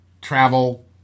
travel